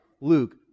Luke